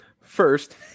First